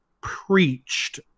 preached